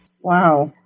Wow